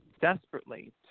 desperately